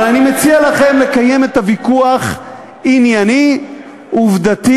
אבל אני מציע לכם לקיים ויכוח ענייני, עובדתי.